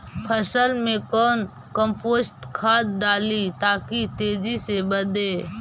फसल मे कौन कम्पोस्ट खाद डाली ताकि तेजी से बदे?